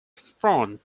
front